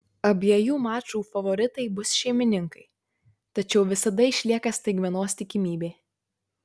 abiejų mačų favoritai bus šeimininkai tačiau visada išlieka staigmenos tikimybė